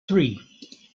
three